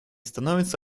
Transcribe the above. становится